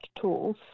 tools